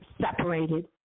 separated